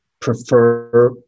prefer